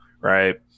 right